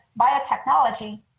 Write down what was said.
biotechnology